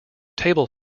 table